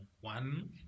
one